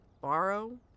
Borrow